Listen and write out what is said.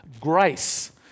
grace